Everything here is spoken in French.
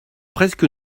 presque